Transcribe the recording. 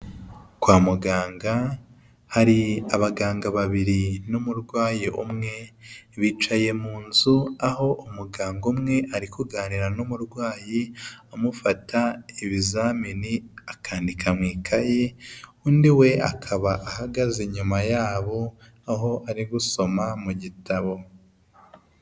Kwa muganga hari abaganga babiri n'umurwayi umwe bicaye mu nzu aho umuganga umwe ari kuganira n'umurwayi amufata ibizamini akandika mu ikayi, undi we akaba ahagaze nyuma yabo aho ari gusoma mu gitabo.